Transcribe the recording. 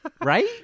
Right